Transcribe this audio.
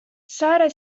saare